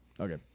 Okay